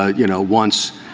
ah you know, once,